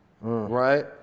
right